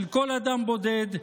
של כל אדם בודד,